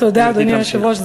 תודה, אדוני היושב-ראש.